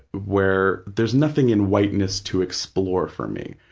where there's nothing in whiteness to explore for me.